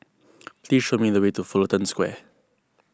please show me the way to Fullerton Square